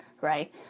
Right